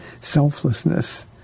selflessness